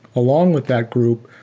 along with that group,